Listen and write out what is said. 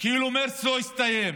כאילו שמרץ לא הסתיים,